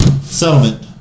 settlement